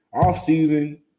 offseason